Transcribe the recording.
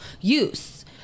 use